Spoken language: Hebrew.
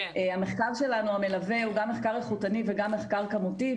המחקר שלנו המלווה הוא גם מחקר איכותני וגם מחקר כמותי,